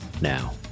now